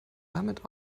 damit